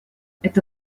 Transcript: это